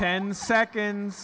ten seconds